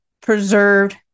preserved